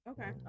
Okay